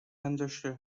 industry